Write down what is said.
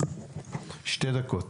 שתי דקות.